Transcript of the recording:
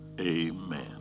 Amen